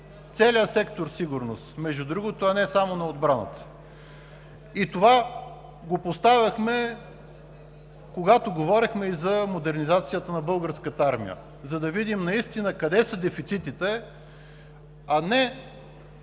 целия сектор „Сигурност“, между другото, а не само на отбраната. Това го поставяхме, когато говорихме и за модернизацията на Българската армия, за да видим къде наистина са дефицитите, а не